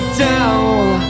down